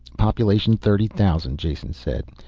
population thirty thousand, jason said.